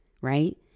right